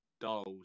Dolls